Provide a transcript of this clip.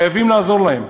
חייבים לעזור להם,